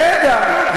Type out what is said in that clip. רגע.